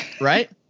Right